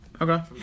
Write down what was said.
Okay